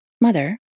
Mother